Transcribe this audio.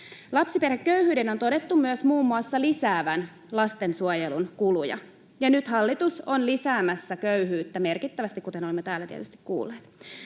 Lapsiperheköyhyyden on todettu myös muun muassa lisäävän lastensuojelun kuluja, ja nyt hallitus on lisäämässä köyhyyttä merkittävästi, kuten olemme täällä tietysti kuulleet.